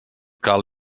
cal